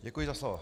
Děkuji za slovo.